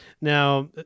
Now